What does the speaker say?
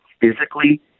physically